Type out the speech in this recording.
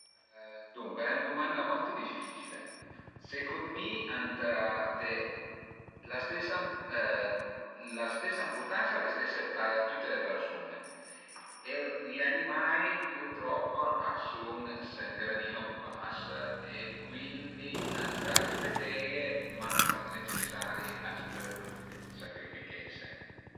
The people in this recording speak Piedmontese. Duncue al e 'na dumanda molto difficile, secund mi ëntà de la stesa la stesa ëmpurtansa a le stese a tüte le persun-e e i animai pürtrop a sun sü ün gradino pi bas e cuindi ëntà rispeteie, ma s'al e necesari a pölu sacrifichese